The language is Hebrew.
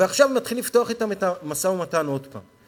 עכשיו נתחיל לפתוח אתם את המשא-ומתן עוד פעם.